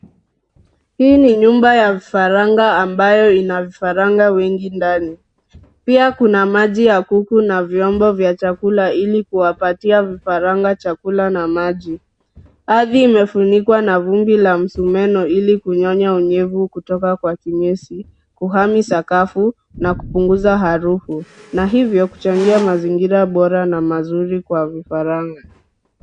Hii ni nyumba ya vifaranga ambayo ina vifaranga wengi ndani, pia kuna maji ya kuku na vyombo vya chakula ilikuwapatia vifaranga chakula na maji. Ardhi limefunikwa na vumbi la msumeno ilikunyonya unyevu kutoka kwa kinyesi, kuhami sakafu, na kupunguza harufu, na hivyo kuchangia mazingira bora na mazuri kwa vifaranga.